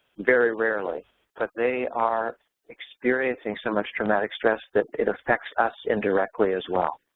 very rarely cause they are experiencing so much traumatic stress that it affects us indirectly as well.